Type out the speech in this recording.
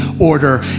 order